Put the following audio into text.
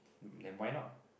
then why not